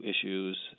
issues